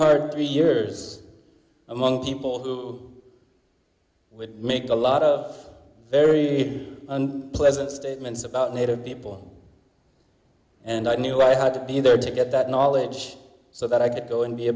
hard to be years among people who would make a lot of very pleasant statements about native people and i knew i had to be there to get that knowledge so that i could go and be a